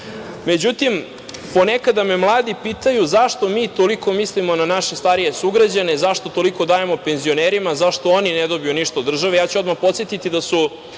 njih.Međutim, ponekada me mladi pitaju zašto mi toliko mislimo na naše starije sugrađane, zašto toliko dajemo penzionerima, zašto oni ne dobiju ništa od države.